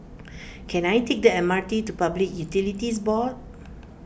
can I take the M R T to Public Utilities Board